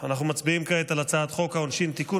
אנחנו מצביעים כעת על הצעת חוק העונשין (תיקון